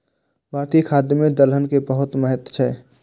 भारतीय खाद्य मे दलहन के बहुत महत्व छै